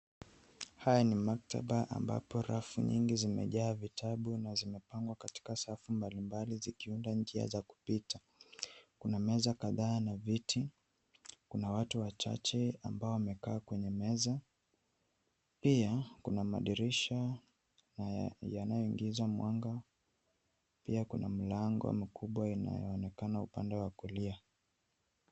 Haya ni maktaba ambapo rafu nyingi zimejaa vitabu na zimepangwa katika safu mbalimbali zikiunda njia za kupita. Kuna meza kadhaa na viti, kuna watu wachache ambao wamekaa kwenye meza, pia kuna madirisha yanayoingiza mwanga, pia kuna milango mikubwa inayoonekana upande wa kulia.